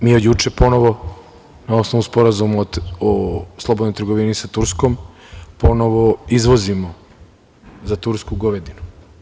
Mi od juče ponovo, na osnovu Sporazuma o slobodnoj trgovini sa Turskom, ponovo izvozimo za Tursku govedinu.